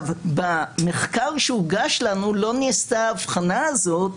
במחקר שהוגש לנו לא נעשתה ההבחנה הזאת,